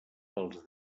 pels